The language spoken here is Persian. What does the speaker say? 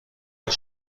خود